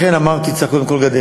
לכן אמרתי, צריך קודם כול גדר.